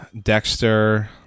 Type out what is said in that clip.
Dexter